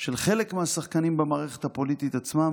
של חלק מהשחקנים במערכת הפוליטית עצמם,